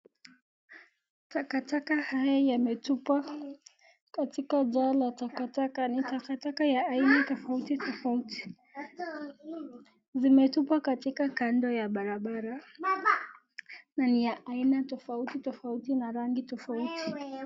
Takataka haya yametupwa katika jaa la takataka. Ni takataka ya aina tofauti tofauti. Zimetupwa katika kando ya barabara na ni ya aina tofauti tofauti na rangi tofauti.